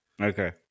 Okay